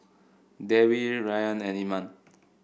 Dewi Rayyan and Iman